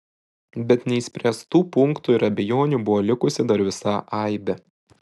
bet neišspręstų punktų ir abejonių buvo likusi dar visa aibė